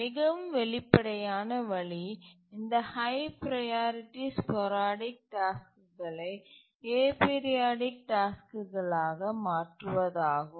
மிகவும் வெளிப்படையான வழி இந்த ஹய் ப்ரையாரிட்டி ஸ்போரடிக் டாஸ்க்குகளை ஏபிரியாடிக் டாஸ்க்குகளாக மாற்றுவதாகும்